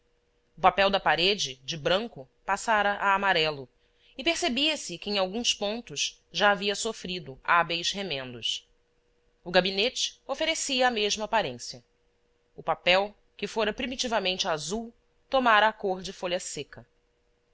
o papel da parede de branco passara a amarelo e percebia se que em alguns pontos já havia sofrido hábeis remendos o gabinete oferecia a mesma aparência o papel que fora primitivamente azul tomara a cor de folha seca